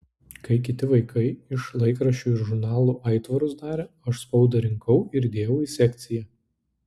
kai kiti vaikai iš laikraščių ir žurnalų aitvarus darė aš spaudą rinkau ir dėjau į sekciją